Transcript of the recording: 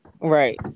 Right